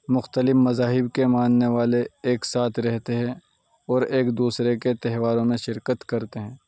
مختلف مذاہب کے ماننے والے ایک ساتھ رہتے ہیں اور ایک دوسرے کے تہواروں میں شرکت کرتے ہیں